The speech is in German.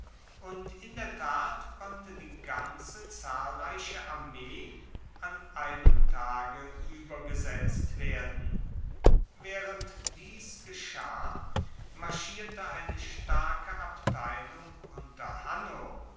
und in der tat konnte die ganze zahlreiche armee an einem tage uebergesetzt werden waehrend dies geschah marschierte eine starke abteilung unter hanno